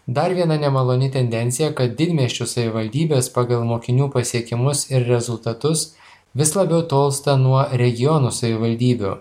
dar viena nemaloni tendencija kad didmiesčių savivaldybės pagal mokinių pasiekimus ir rezultatus vis labiau tolsta nuo regionų savivaldybių